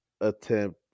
attempt